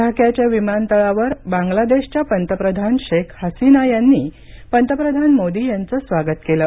ढाक्याच्या विमानतळावर बांग्लादेशच्या पंतप्रधान शेख हसीना यांनी पंतप्रधान मोदी यांचं स्वागत केलं